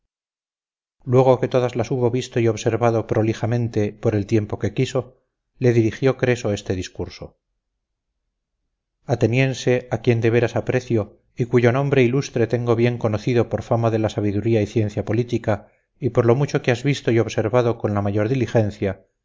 luego que todas las hubo visto y observado prolijamente por el tiempo que quiso le dirigió creso este discurso ateniense a quien de veras aprecio y cuyo nombre ilustre tengo bien conocido por la fama de la sabiduría y ciencia política y por lo mucho que has visto y observado con la mayor diligencia